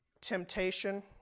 temptation